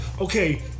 okay